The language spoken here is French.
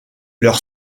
leur